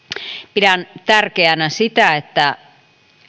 pidän tärkeänä sitä että